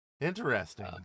interesting